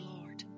Lord